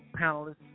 panelists